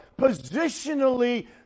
positionally